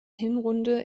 hinrunde